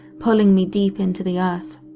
pulling me deep into the earth.